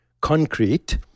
concrete